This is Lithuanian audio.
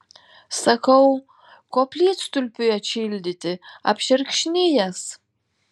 sakau koplytstulpiui atšildyti apšerkšnijęs